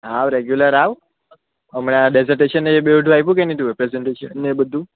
આવ રેગ્યુલર આવ હમણાં ડેઝર્ટેશન ને એ બધું આઇપ્યુ કે નહીં તું એ પ્રેઝન્ટેશન ને બધું